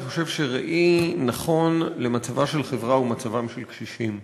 אני חושב שראי נכון למצבה של החברה הוא מצבם של הקשישים.